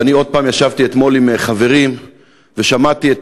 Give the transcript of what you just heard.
ואני עוד פעם ישבתי אתמול עם חברים ושמעתי את